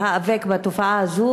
להיאבק בתופעה הזאת,